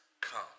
come